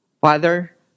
Father